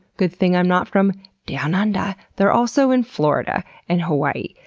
good thing i'm not from down under, they're also in florida and hawaii.